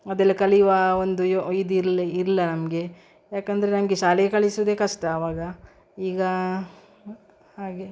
ಅದೆಲ್ಲ ಕಲಿಯುವ ಒಂದು ಯು ಇದಿರ್ಲೆ ಇಲ್ಲ ನಮಗೆ ಯಾಕೆಂದ್ರೆ ನಮಗೆ ಶಾಲೆಗೆ ಕಳಿಸುವುದೇ ಕಷ್ಟ ಅವಾಗ ಈಗ ಹಾಗೆ